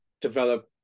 develop